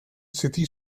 city